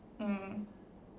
mm